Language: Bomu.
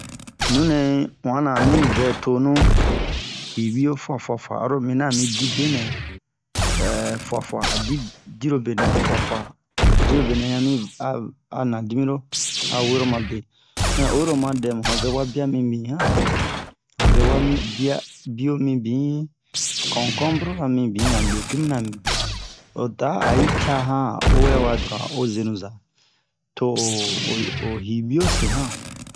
nunɛ uwan na ami vɛ tonu hibio fua fua aro mina a mi di be nɛ fua fua a di diro be nɛ fua fua diro be nɛ yan mi a nadimi ro a woro ma be mɛ oyi-ro dɛ mu han vɛwa bia mimi han han vɛwa mi bia bio mi bin concombre ra mi bin han legume ra mi bin oda a hi ca han a o wɛ wa doron a o zenu za to o o hibio se han